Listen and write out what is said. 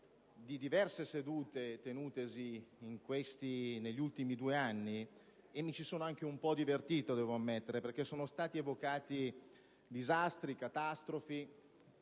di diverse sedute tenutesi negli ultimi due anni e mi sono anche un po' divertito, devo ammettere, perché sono stati evocati disastri e catastrofi;